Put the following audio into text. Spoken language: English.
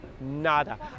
nada